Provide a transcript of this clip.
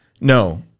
No